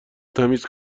تمیز